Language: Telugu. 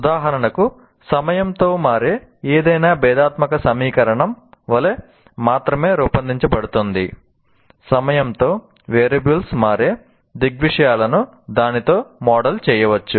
ఉదాహరణకు సమయంతో మారే ఏదైనా భేధాత్మక సమీకరణం వలె మాత్రమే రూపొందించబడుతుంది సమయంతో వేరియబుల్స్ మారే అన్ని దృగ్విషయాలను దానితో మోడల్ చేయవచ్చు